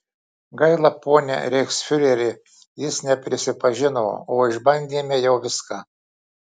gaila pone reichsfiureri jis neprisipažino o išbandėme jau viską